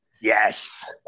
Yes